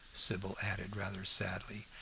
sybil added rather sadly,